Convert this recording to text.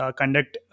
conduct